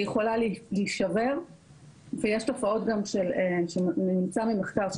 היא יכולה להישבר ויש תופעות ממצא ממחקר,